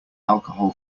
alcohol